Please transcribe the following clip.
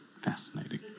Fascinating